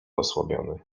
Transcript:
osłabiony